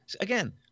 again